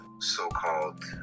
so-called